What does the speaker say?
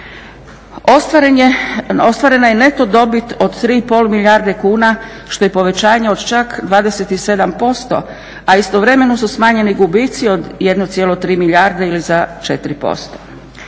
Ostvarena je neto dobit od 3 i pol milijarde kuna što je povećanje od čak 27%, a istovremeno su smanjeni gubici od 1,3 milijarde ili za 4%.